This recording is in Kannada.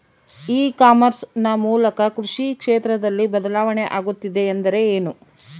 ಇ ಕಾಮರ್ಸ್ ನ ಮೂಲಕ ಕೃಷಿ ಕ್ಷೇತ್ರದಲ್ಲಿ ಬದಲಾವಣೆ ಆಗುತ್ತಿದೆ ಎಂದರೆ ಏನು?